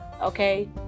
okay